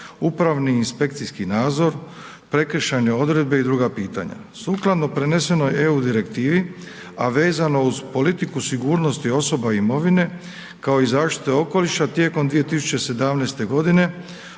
upravni i inspekcijski nadzor, prekršajne odredbe i druga pitanja. Sukladno prenesenoj EU Direktivi, a vezano uz politiku, sigurnost i osoba i imovine, kao i zaštite okoliša tijekom 2017.g.